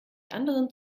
anderen